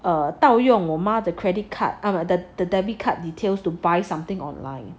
err 盗用我妈的 credit card ah the the debit card details to buy something online